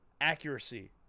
accuracy